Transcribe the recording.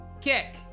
kick